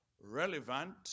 relevant